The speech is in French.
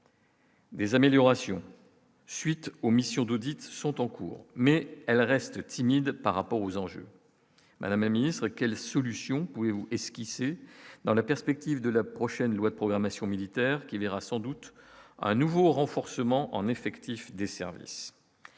Des améliorations suite aux missions d'audits sont en cours, mais elle reste timide par rapport aux enjeux madame est ministre, quelle solution pouvez vous esquissé dans la perspective de la prochaine loi de programmation militaire qui verra sans doute un nouveau renforcement en effectifs des services